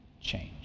change